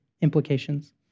implications